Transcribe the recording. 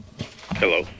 hello